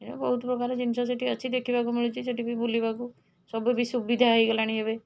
ଇଏ ବହୁତପ୍ରକାର ଜିନିଷ ସେଇଠି ଅଛି ଦେଖିବାକୁ ମିଳୁଛି ସେଇଠି ବି ବୁଲିବାକୁ ସବୁବି ସୁବିଧା ହେଇଗଲାଣି ଏବେ